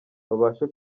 babashe